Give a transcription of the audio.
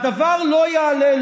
הדבר לא יעלה,